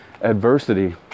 adversity